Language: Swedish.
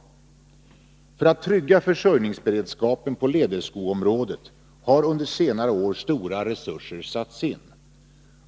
För att trygga försörjningsberedskapen på läderskoområdet har under senare år stora resurser satts in.